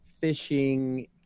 fishing